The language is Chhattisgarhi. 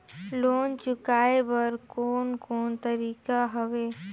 लोन चुकाए बर कोन कोन तरीका हवे?